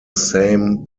same